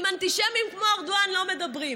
עם אנטישמיים כמו ארדואן לא מדברים.